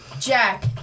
Jack